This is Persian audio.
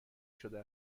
شده